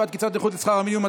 השוואת קצבת נכות לשכר המינימום),